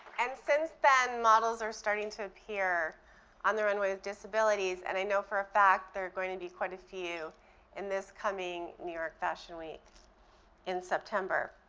and since then, models are starting to appear on the runway with disabilities and i know for a fact there are going to be quite a few in this coming new york fashion week in september.